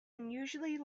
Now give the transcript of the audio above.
unusually